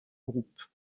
groupe